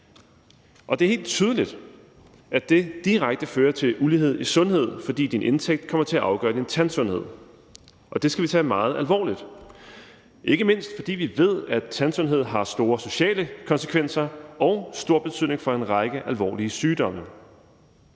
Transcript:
Og det er helt tydeligt, at det direkte fører til ulighed i sundhed, fordi din indtægt kommer til at afgøre din tandsundhed. Og det skal vi tage meget alvorligt, ikke mindst fordi vi ved, at tandsundhed har store sociale konsekvenser og stor betydning for en række alvorlige sygdomme.